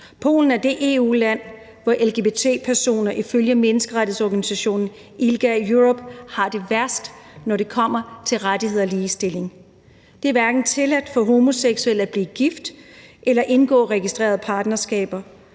Polen er det EU-land, hvor lgbt-personer ifølge menneskerettighedsorganisationen ILGA-Europe har det værst, når det kommer til rettigheder og ligestilling. Det er hverken tilladt for homoseksuelle at blive gift eller at indgå registreret partnerskab.